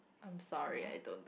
I'm sorry I don't do